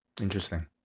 interesting